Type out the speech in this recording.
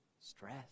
stress